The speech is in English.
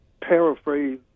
paraphrase